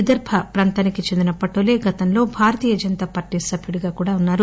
విదర్బ ప్రాంతానికి చెందిన పటోలే గతంలో భారతీయ జనతా పార్టీ సభ్యుడిగా కూడా ఉన్నారు